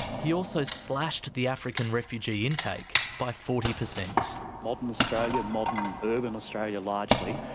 he also slashed the african refugee intake by forty percent. modern australia, modern urban australia largely,